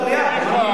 לא תרי"ג.